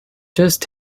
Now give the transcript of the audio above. just